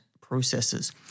processes